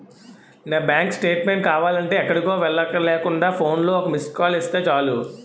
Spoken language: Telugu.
నా బాంకు స్టేట్మేంట్ కావాలంటే ఎక్కడికో వెళ్ళక్కర్లేకుండా ఫోన్లో ఒక్క మిస్కాల్ ఇస్తే చాలు